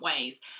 ways